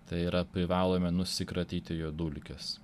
tai yra privalome nusikratyti jo dulkes